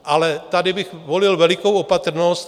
Ale tady bych volil velikou opatrnost.